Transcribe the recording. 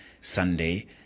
Sunday